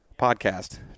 podcast